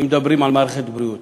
אם מדברים על מערכת הבריאות.